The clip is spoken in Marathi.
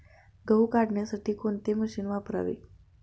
गहू काढण्यासाठी कोणते मशीन वापरावे?